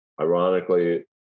ironically